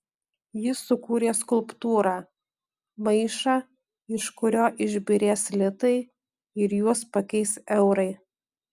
jis sukūrė skulptūrą maišą iš kurio išbyrės litai ir juos pakeis eurai